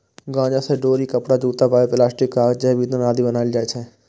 गांजा सं डोरी, कपड़ा, जूता, बायोप्लास्टिक, कागज, जैव ईंधन आदि बनाएल जाइ छै